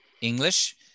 English